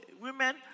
women